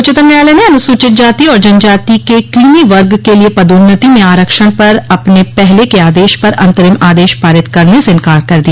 उच्चतम न्यायालय ने अनुसूचित जाति और जनजाति के क्रीमी वर्ग के लिए पदोन्नति में आरक्षण पर अपने पहले के आदेश पर अंतरिम आदेश पारित करने से इंकार कर दिया